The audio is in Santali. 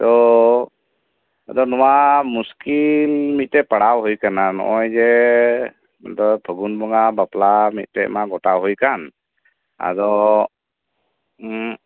ᱛᱚ ᱟᱫᱚ ᱱᱚᱶᱟ ᱢᱩᱥᱠᱤᱞ ᱢᱤᱴᱮᱱ ᱯᱟᱲᱟᱣ ᱦᱩᱭ ᱟᱠᱟᱱᱟ ᱱᱚᱜᱚᱭ ᱡᱮ ᱟᱫᱚ ᱯᱷᱟᱹᱜᱩᱱ ᱵᱚᱸᱜᱟ ᱵᱟᱯᱞᱟ ᱢᱤᱴᱮᱱ ᱢᱟ ᱜᱚᱴᱟ ᱦᱩᱭ ᱟᱠᱟᱱ ᱟᱫᱚ